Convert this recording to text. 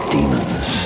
Demons